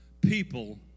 people